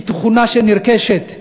שהיא תכונה שגם נרכשת,